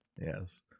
Yes